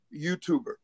YouTuber